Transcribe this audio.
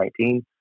2019